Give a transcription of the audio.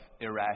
irrational